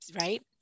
Right